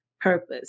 purpose